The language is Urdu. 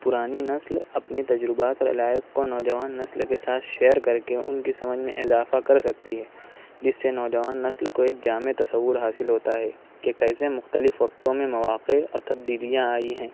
پرانی نسل اپنے تجربات اور علائق کو نوجوان نسل کے ساتھ شیئر کر کے اُن کی سمجھ میں اضافہ کر سکتی ہے جس سے نوجوان نسل کو ایک جامے تصّور حاصل ہوتا ہے کہ کیسے مختلف وقتوں میں مواقع اور تبدیلیاں آئی ہیں